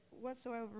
whatsoever